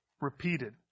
repeated